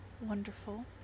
wonderful